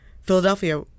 Philadelphia